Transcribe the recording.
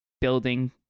Building